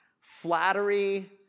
flattery